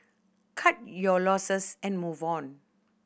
cut your losses and move on